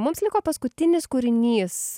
mums liko paskutinis kūrinys